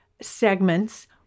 Segments